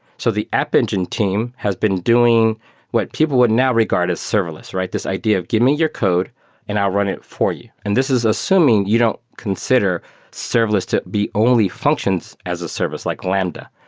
so the app engine team has been doing what people would now regard as serverless, right? this idea give me your code and i'll run it for you, and this is assuming you don't consider serverless to be only functions as a service, like lambda,